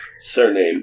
surname